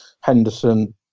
henderson